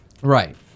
Right